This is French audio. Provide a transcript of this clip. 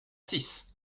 six